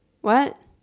what